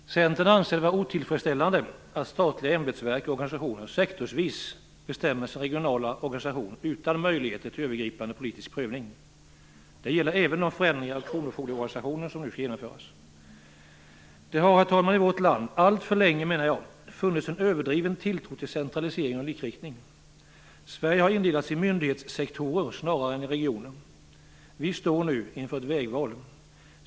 Herr talman! Centern anser att det är otillfredsställande att statliga ämbetsverk och organisationer sektorsvis bestämmer sin regionala organisation utan möjligheter till övergripande politisk prövning. Det gäller även de förändringar av kronofogdeorganisationen som nu skall genomföras. Herr talman! Jag menar att det i vårt land alltför länge har funnits en överdriven tilltro till centralisering och likriktning. Sverige har indelats i myndighetssektorer snarare än i regioner. Vi står nu inför ett vägval.